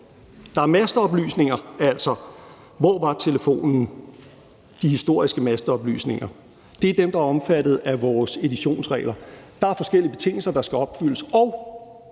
masteoplysninger: Hvor var telefonen? De historiske masteoplysninger er dem, der er omfattet af vores editionsregler. Der er forskellige betingelser, der skal opfyldes,